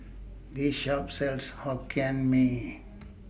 This Shop sells Hokkien Mee